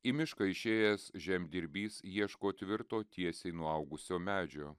į mišką išėjęs žemdirbys ieško tvirto tiesiai nuaugusio medžio